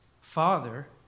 Father